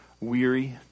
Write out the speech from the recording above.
weary